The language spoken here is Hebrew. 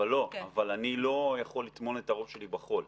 אבל לא, אני לא יכול לטמון את הראש שלי בחול.